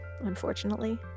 unfortunately